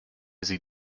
sie